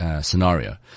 scenario